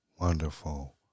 wonderful